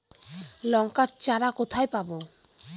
লঙ্কার চারা কোথায় পাবো?